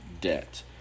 debt